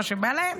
מה שבא להם,